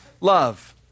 love